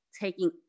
taking